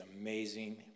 amazing